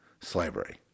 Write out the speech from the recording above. slavery